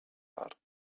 heart